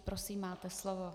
Prosím máte slovo.